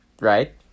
Right